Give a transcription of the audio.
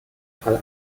fall